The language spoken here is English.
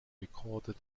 recorded